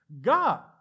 God